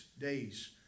days